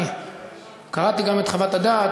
אני קראתי גם את חוות הדעת,